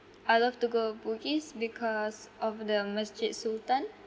I love to go bugis because of the masjid sultan